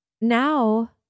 now